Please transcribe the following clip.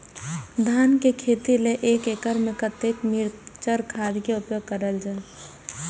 धान के खेती लय एक एकड़ में कते मिक्चर खाद के उपयोग करल जाय?